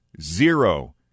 Zero